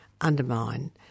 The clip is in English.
undermine